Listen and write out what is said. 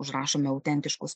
užrašome autentiškus